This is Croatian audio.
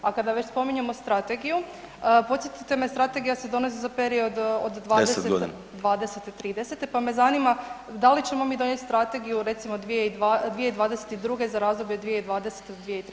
A kada već spominjemo strategiju, podsjetite me, strategija se donosi za period 20 [[Upadica Majdak: 10 godina.]] 2020.-2030., pa me zanima da li ćemo mi donijeti strategiju recimo 2022. razdoblje od 2020. do 2030.